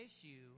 issue